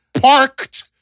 parked